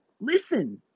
Listen